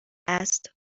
است